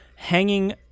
Hanging